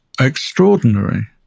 extraordinary